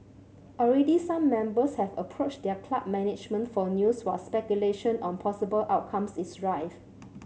already some members have approached their club management for news while speculation on possible outcomes is rife